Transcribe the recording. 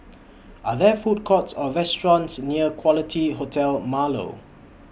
Are There Food Courts Or restaurants near Quality Hotel Marlow